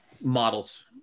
models